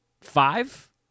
five